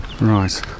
Right